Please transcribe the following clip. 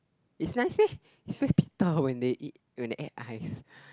it's nice leh it's very bitter when they eat when they add ice